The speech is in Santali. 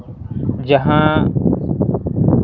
ᱡᱟᱦᱟᱸ